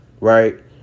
right